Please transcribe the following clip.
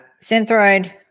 Synthroid